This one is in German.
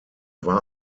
war